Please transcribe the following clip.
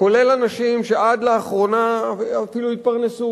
כולל אנשים שעד לאחרונה אפילו התפרנסו,